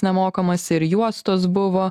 nemokamos ir juostos buvo